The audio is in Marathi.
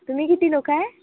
तुम्ही किती लोक आहे